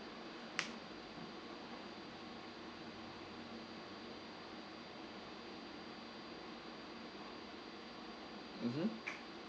mmhmm